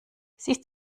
siehst